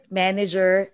manager